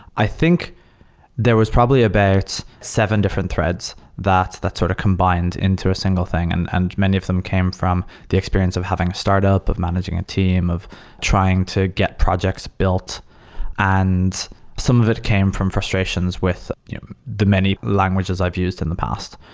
i think there was probably about seven different threads that that sort of combined into a single thing and and many of them came from the experience of having a startup, of managing a team, of trying to get projects built and some of it came from frustrations with the many languages i've used in the past.